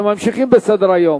אנחנו ממשיכים בסדר-היום: